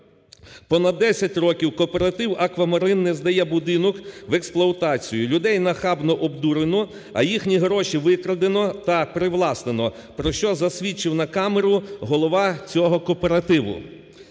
Понад 10 років кооператив "Аквамарин" не здає будинок в експлуатацію, людей нахабно обдурено, а їхні гроші викрадено та привласнено, про що засвідчив на камеру голова цього кооперативу.